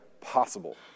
possible